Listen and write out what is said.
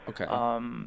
Okay